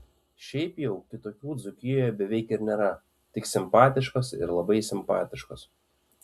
šiaip jau kitokių dzūkijoje beveik ir nėra tik simpatiškos ir labai simpatiškos